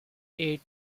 eight